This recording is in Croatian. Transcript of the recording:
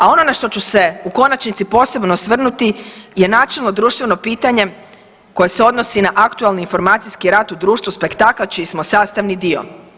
A ono na što ću se u konačnici posebno osvrnuti je načelno društveno pitanje koje se odnosi na aktualni informacijski rat u društvu spektakla čiji smo sastavni dio.